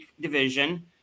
division